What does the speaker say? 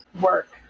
work